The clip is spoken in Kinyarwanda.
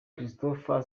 christopher